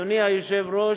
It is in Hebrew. אדוני היושב-ראש,